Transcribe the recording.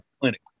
clinic